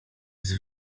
jest